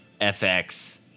FX